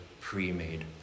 pre-made